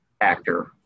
actor